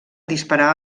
disparar